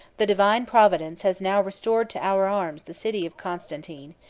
the divine providence has now restored to our arms the city of constantine,